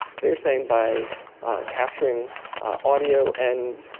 they're saying by capturing audio and